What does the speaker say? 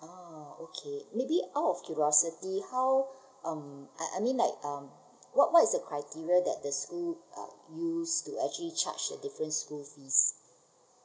ah okay maybe out of curiosity how um I I mean like um what what is the criteria that the school uh used to actually charge different school fees